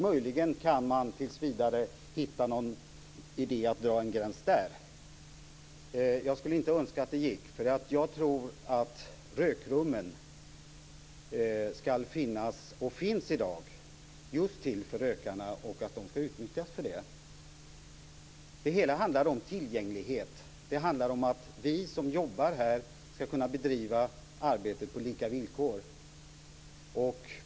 Möjligen kan det tills vidare vara idé att dra en gräns där. Jag skulle inte önska att det gick. Jag tror att rökrummen skall finnas och finns i dag just för rökarna och att rummen skall utnyttjas för det. Det hela handlar om tillgänglighet. Det handlar om att vi som jobbar här skall kunna bedriva arbetet på lika villkor.